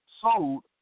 sold